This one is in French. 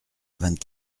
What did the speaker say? vingt